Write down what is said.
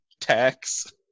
tax